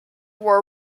war